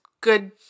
good